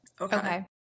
Okay